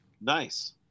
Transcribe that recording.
Nice